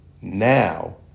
now